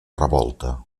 revolta